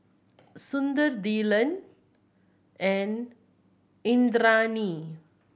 Sundar Dhyan and Indranee